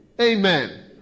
Amen